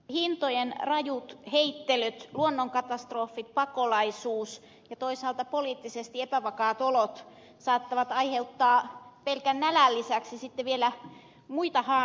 hintojen rajut heittelyt luonnonkatastrofit pakolaisuus ja toisaalta poliittisesti epävakaat olot saattavat aiheuttaa pelkän nälän lisäksi vielä muita haasteita